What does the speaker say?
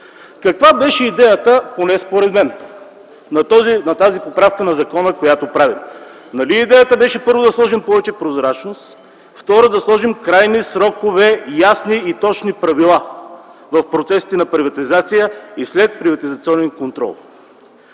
Каква беше идеята, поне според мен, на тази поправка на закона, която правим? Нали идеята беше първо - да сложим повече прозрачност, второ – да сложим крайни срокове, ясни и точни правила в процесите на приватизация и следприватизационен контрол.